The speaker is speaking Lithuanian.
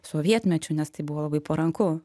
sovietmečiu nes tai buvo labai paranku